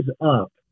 up